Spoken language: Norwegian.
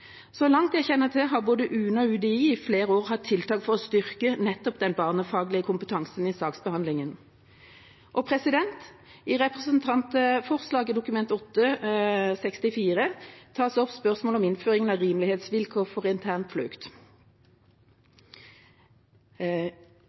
Så langt jeg kjenner til, har både UNE og UDI i flere år hatt tiltak for å styrke nettopp den barnefaglige kompetansen i saksbehandlingen. I representantforslaget Dokument 8:64 LS tas opp spørsmål om innføring av rimelighetsvilkår for